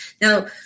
Now